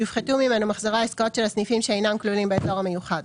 יופחתו ממנו מחזורי העסקאות של הסניפים שאינם כלולים באזור המיוחד,